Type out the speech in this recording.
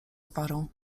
gwarą